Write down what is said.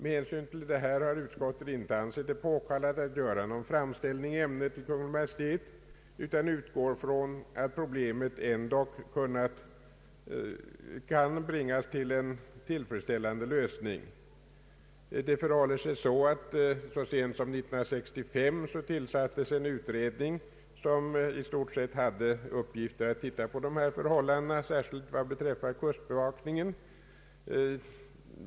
Med hänsyn härtill har utskottet inte ansett det påkallat att göra någon framställning i ämnet till Kungl. Maj:t utan utgår från att problemet ändock kan bringas till en tillfredsställande lösning. Så sent som 1965 tillsattes en utredning som i stort sett hade till uppgift att undersöka dessa förhållanden, särskilt vad beträffar kustbevakningen.